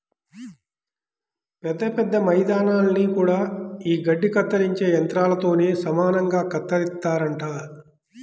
పెద్ద పెద్ద మైదానాల్ని గూడా యీ గడ్డి కత్తిరించే యంత్రాలతోనే సమానంగా కత్తిరిత్తారంట